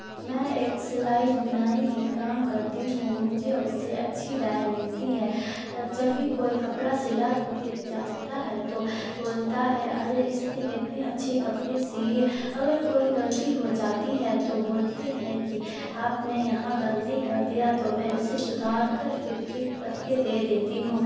میں ایک سلائی بنائی کی کام کرتی ہوں مجھے اس سے اچھی رائے ملتی ہے جب بھی کوئی کپڑا سلا کے جاتا ہے تو بولتا ہے ارے اس نے کتنے اچھے کپڑے سیے اگڑ کوئی غلطی ہو جاتی ہے تو بولتے ہیں کہ آپ نے یہاں غلطی کر دیا تو میں اسے سدھار کر پھر ٹھیک کر کے دے دیتی ہوں